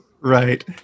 Right